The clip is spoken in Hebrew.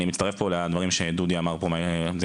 אני מצטרף לדברים שאמר פה דוד מרזין,